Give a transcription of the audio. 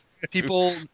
People